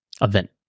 event